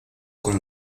con